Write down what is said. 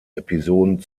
episoden